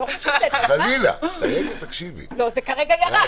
כרגע זה ירד.